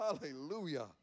Hallelujah